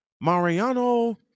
Mariano